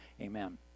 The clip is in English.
Amen